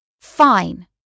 Fine